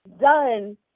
done